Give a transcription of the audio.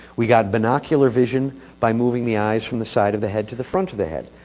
we got binocular vision by moving the eyes from the side of the head to the front of the head.